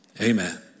amen